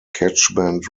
catchment